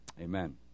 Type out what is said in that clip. Amen